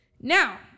Now